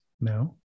No